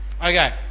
Okay